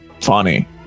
funny